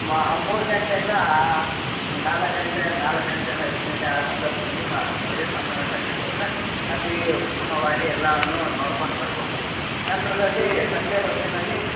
ಮೂರು ಗಂಟೆಯಿಂದ ನಾಲ್ಕು ಗಂಟೆ ನಾಲ್ಕು ಗಂಟೆಯಿಂದ ಐದು ಗಂಟೆ ಆ ಸಂದರ್ಭದಲ್ಲಿ ಮುರ್ಘಾಸ್ವಾಮಿ ಮಠಕ್ಕೆ ಹೋದರೆ ಅತೀ ಉತ್ತಮವಾಗಿ ಎಲ್ಲವನ್ನು ನೋಡ್ಕೊಂಡು ಬರ್ಬೋದು ನಂತರದಲ್ಲಿ ಸಂಜೆ ಹೊತ್ತಿನಲ್ಲಿ